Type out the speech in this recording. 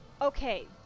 Okay